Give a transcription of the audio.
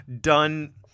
done